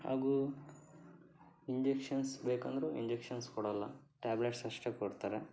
ಹಾಗೂ ಇಂಜೆಕ್ಷನ್ಸ್ ಬೇಕೆಂದರೂ ಇಂಜೆಕ್ಷನ್ಸ್ ಕೊಡಲ್ಲ ಟ್ಯಾಬ್ಲೆಟ್ಸಷ್ಟೇ ಕೊಡ್ತಾರೆ